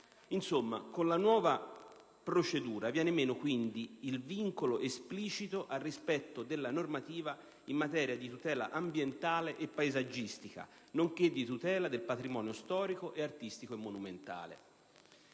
Insomma, con la nuova procedura viene meno il vincolo esplicito al rispetto della normativa in materia di tutela ambientale e paesaggistica, nonché di tutela del patrimonio storico, artistico e monumentale.